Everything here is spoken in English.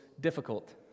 difficult